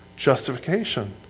justification